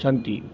सन्ति